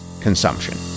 consumption